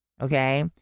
Okay